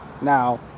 Now